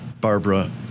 Barbara